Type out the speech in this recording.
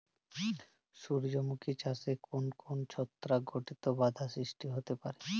সূর্যমুখী চাষে কোন কোন ছত্রাক ঘটিত বাধা সৃষ্টি হতে পারে?